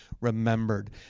remembered